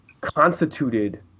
constituted